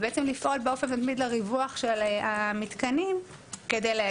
ולפעול באופן מתמיד לריווח של המתקנים כדי להגיע למטרה.